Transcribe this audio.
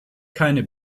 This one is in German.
keine